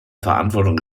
verantwortung